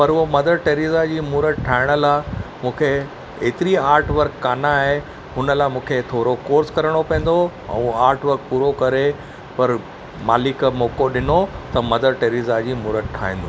पर उहो Mother Teresa ji मूर्त ठाहिण लाइ मूंखे हेतिरी आर्ट वर्क कानि आहे हुन लाइ मूंखे हिकु थोरो कोर्स करणो पवंदो ऐं आर्ट वर्क पूरो करे पर मालिक मौक़ो ॾिनो त मदर टेरेसा जी मूर्त ठाहींदुमि